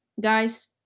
Guys